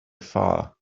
far